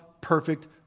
perfect